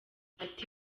ati